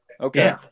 Okay